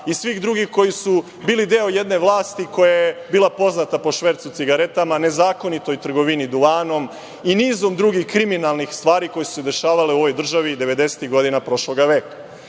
i svih drugih koji su bili deo jedne vlasti koja je bila poznata po švercu cigareta, nezakonitoj trgovini duvanom i nizom drugih kriminalnih stvari koje su se dešavale u ovoj državi 90-tih godina prošlog veka.